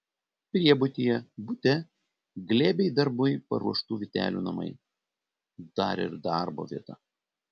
priebutyje bute glėbiai darbui paruoštų vytelių namai dar ir darbo vieta